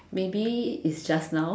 maybe it's just now